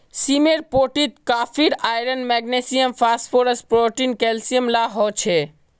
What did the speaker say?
सीमेर पोटीत copper, iron, magnesium, phosphorus, protein, calcium ला हो छे